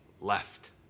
left